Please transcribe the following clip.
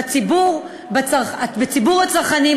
בציבור הצרכנים,